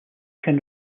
can